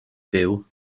byw